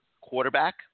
quarterback